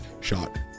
shot